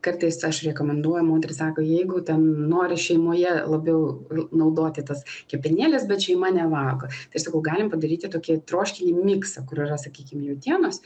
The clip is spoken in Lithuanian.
kartais aš rekomenduoju moteris sako jeigu ten nori šeimoje labiau naudoti tas kepenėles bet šeima nevalgo tai aš sakau galim padaryti tokį troškinį miksą kur yra sakykim jautienos